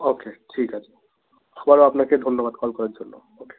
ও কে ঠিক আছে আবারও আপনাকে ধন্যবাদ কল করার জন্য ও কে